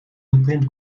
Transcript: geprint